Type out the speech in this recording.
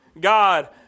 God